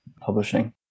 Publishing